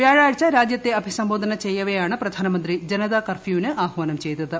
വ്യാഴാഴ്ച രാജ്യത്തെ അഭിസർബോധന ചെയ്യവെയാണ് പ്രധാനമന്ത്രി ജനതാ കർഫ്യൂവിന് ആഹ്വാനം ചെയ്തത്